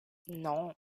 non